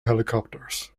helicopters